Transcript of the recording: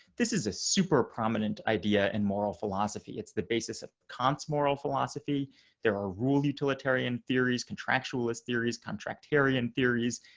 this is a super prominent idea and moral philosophy. it's the basis of kant's moral philosophy there are rule utilitarian theories, contractualist theories, contractarian theories.